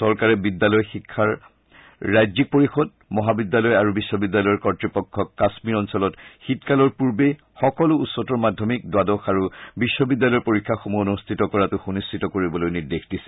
চৰকাৰে বিদ্যালয় শিক্ষাৰ ৰাজ্যিক পৰিষদ মহাবিদ্যালয় আৰু বিশ্ববিদ্যালয়ৰ কৰ্তৃপক্ষক কাশ্মীৰ অঞ্চলত শীতকালৰ পূৰ্বে সকলো উচ্চতৰ মাধ্যমিক দ্বাদশ আৰু বিশ্ববিদ্যালয়ৰ পৰীক্ষাসমূহ অনুষ্ঠিত কৰাটো সুনিশ্চিত কৰিবলৈ নিৰ্দেশ দিছে